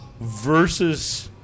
versus